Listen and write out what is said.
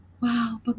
wow